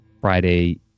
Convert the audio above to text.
Friday